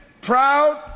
proud